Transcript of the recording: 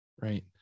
right